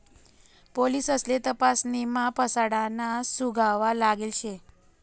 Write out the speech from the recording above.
पोलिससले तपासणीमा फसाडाना सुगावा लागेल शे